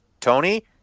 Tony